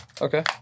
Okay